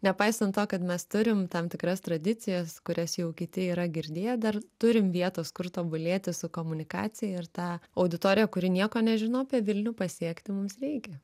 nepaisant to kad mes turim tam tikras tradicijas kurias jau kiti yra girdėję dar turim vietos kur tobulėti su komunikacija ir tą auditoriją kuri nieko nežino apie vilnių pasiekti mums reikia